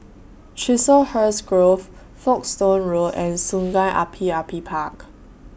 Chiselhurst Grove Folkestone Road and Sungei Api Api Park